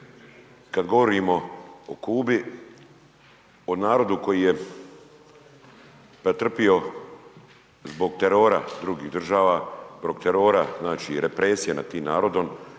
kad govorimo o Kubi, o narodu koji je pretrpio zbog terora drugih država, zbog terora, znači, represije nad tim narodom